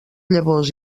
llavors